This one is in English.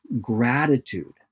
gratitude